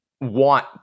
want